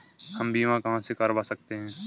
हम बीमा कहां से करवा सकते हैं?